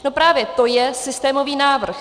No právě to je systémový návrh.